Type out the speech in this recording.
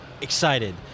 excited